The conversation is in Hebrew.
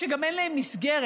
כשגם אין להם מסגרת,